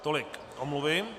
Tolik omluvy.